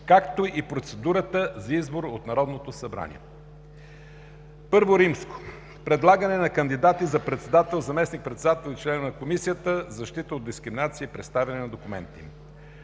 както и процедурата за избор от Народното събрание. I. Предлагане на кандидати за председател, заместник-председател и членове на Комисията за защита от дискриминация и представяне на документите им.